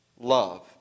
love